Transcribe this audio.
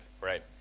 right